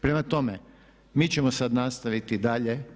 Prema tome, mi ćemo sad nastaviti dalje.